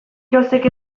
gauzek